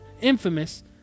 infamous